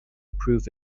proof